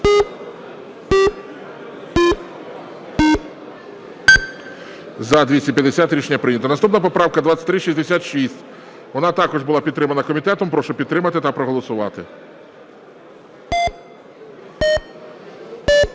За-248 Рішення прийнято. Наступна поправка 2374. Вона також була підтримана комітетом. Прошу підтримати та проголосувати.